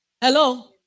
Hello